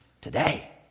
Today